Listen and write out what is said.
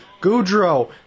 Goudreau